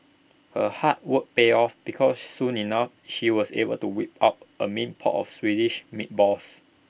her hard work paid off because soon enough she was able to whip up A mean pot of Swedish meatballs